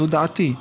זאת דעתי.)